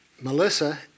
Melissa